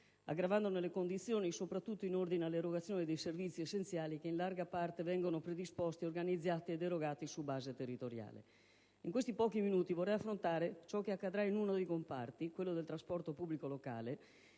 aggravandone le condizioni, soprattutto in ordine all'erogazione dei servizi essenziali che in larga parte vengono predisposti, organizzati ed erogati su base territoriale. In questi pochi minuti vorrei parlare di ciò che accadrà in uno dei comparti, quello del trasporto pubblico locale,